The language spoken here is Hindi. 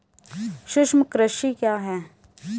सूक्ष्म कृषि क्या है?